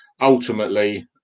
ultimately